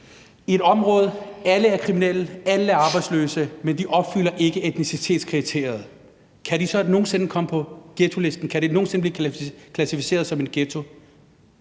er kriminelle og alle i det område er arbejdsløse, men ikke opfylder etnicitetskriteriet, kan de så nogen sinde komme på ghettolisten; kan det område nogen sinde blive klassificeret som en ghetto?